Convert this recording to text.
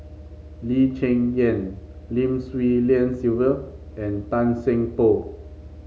Lee Cheng Yan Lim Swee Lian Sylvia and Tan Seng Poh